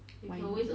why not